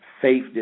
faith